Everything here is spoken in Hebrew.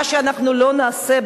מה שאנחנו לא נעשה,